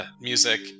music